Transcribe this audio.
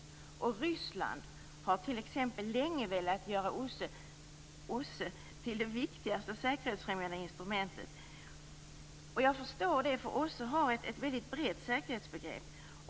Ryssland har t.ex. länge velat göra OSSE till det viktigaste säkerhetsfrämjande instrumentet. Jag kan förstå det, ty OSSE har ett väldigt brett säkerhetsbegrepp.